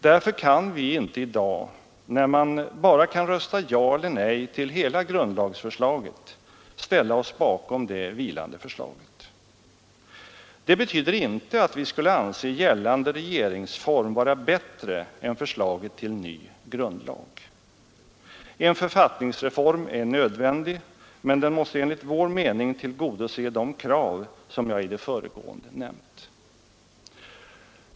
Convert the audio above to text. Därför kan vi inte i dag, när man bara har möjlighet att rösta ja eller nej till hela grundlagsförslaget, ställa oss bakom det vilande förslaget. Det betyder inte att vi skulle anse gällande regeringsform vara bättre än förslaget till ny grundlag. En författningsreform är nödvändig, men den måste enligt vår mening tillgodose de krav som jag i det föregående nämnt.